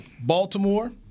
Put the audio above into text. Baltimore